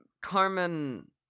Carmen